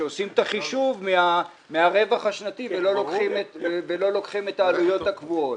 שעושים את החישוב מהרווח השנתי ולא לוקחים את העלויות הקבועות.